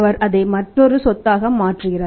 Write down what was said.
அவர் அதை மற்றொரு சொத்தாக மாற்றுகிறார்